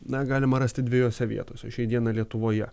na galima rasti dviejose vietose šiai dienai lietuvoje